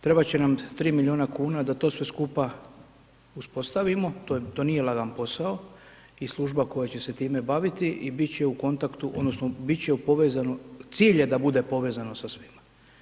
Trebat će nam 3 milijuna kuna da to sve uspostavimo, to nije lagan posao i služba koja će se time baviti i bit će u kontaktu, odnosno bit će povezano, cilj je da bude povezan sa svima.